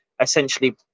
essentially